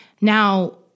Now